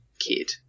kid